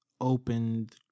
opened